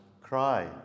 cry